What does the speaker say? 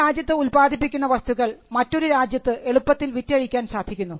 ഒരു രാജ്യത്ത് ഉത്പാദിപ്പിക്കുന്ന വസ്തുക്കൾ മറ്റൊരു രാജ്യത്ത് എളുപ്പത്തിൽ വിറ്റഴിക്കാൻ സാധിക്കുന്നു